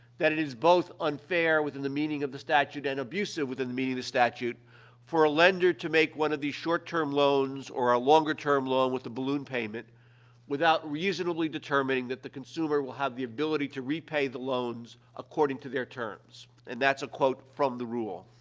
that it is both unfair within the meaning of the statute and abusive within the meaning of the statute for a lender to make one of these short-term loans or a longer-term loan with a balloon payment without reasonably determining that the consumer will have the ability to repay the loans according to their terms, and that's a quote from the rule.